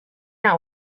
out